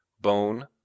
bone